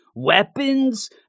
Weapons